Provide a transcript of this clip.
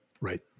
Right